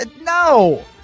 No